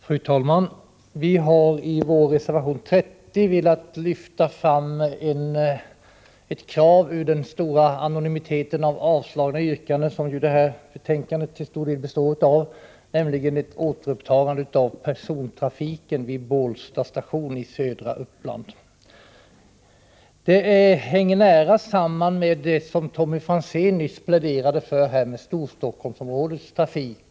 Fru talman! Vi har i vår reservation 30 velat lyfta fram ett krav ur den stora anonymitet som de avstyrkta yrkandena befinner sig i — det här betänkandet består ju till stor del av sådana yrkanden. Det gäller ett återupptagande av persontrafiken vid Bålsta station i södra Uppland. Det hela hänger nära samman med det som Tommy Franzén talade om nyss, nämligen Storstockholmsområdets trafik.